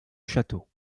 château